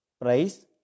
price